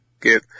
get